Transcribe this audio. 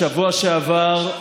בשבוע שעבר,